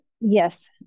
Yes